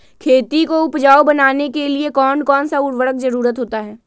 खेती को उपजाऊ बनाने के लिए कौन कौन सा उर्वरक जरुरत होता हैं?